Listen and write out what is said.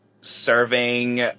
serving